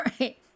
Right